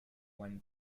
when